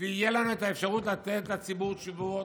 ותהיה לנו האפשרות לתת לציבור תשובות: